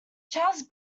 charles